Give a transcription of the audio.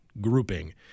grouping